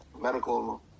medical